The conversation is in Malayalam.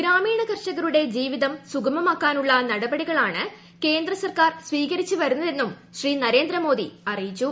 ഗ്രാമീണ കർഷകരുടെ ജീവിതം സുഗമമാക്കാനുള്ള നടപടികളാണ് കേന്ദ്ര സർക്കാർ സ്വീകരിച്ചു വരുന്നതെന്നും ശ്രീ നരേന്ദ്രമോദി അറിയിച്ചു